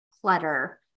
clutter